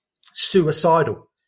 suicidal